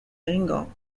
egingo